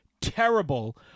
terrible